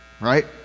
Right